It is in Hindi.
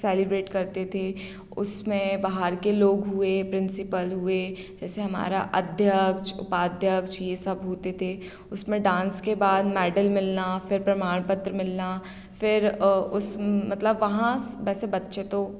सेलिब्रेट करते थे उसमें बाहर के लोग हुए प्रिंसिपल हुए जैसे हमारा अध्यक्ष उपाध्यक्ष यह सब होते थे उसमें डांस के बाद मेडल मिलना फ़िर प्रमाण पत्र मिलना फ़िर उस मतलब वहाँ वैसे बच्चे तो